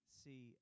see